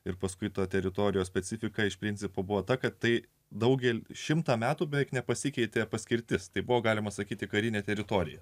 ir paskui tos teritorijos specifiką iš principo buvo ta kad tai daugel šimtą metų beveik nepasikeitė paskirtis tai buvo galima sakyti karinė teritorija